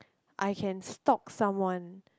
I can stalk someone